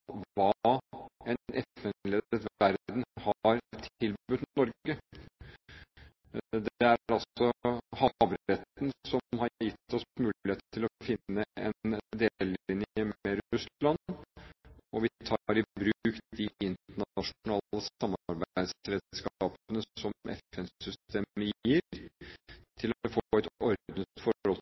er altså havretten som har gitt oss mulighet til å finne en delelinje med Russland, og vi tar i bruk de internasjonale samarbeidsredskapene som FN-systemet gir, til å få et ordnet forhold